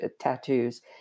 tattoos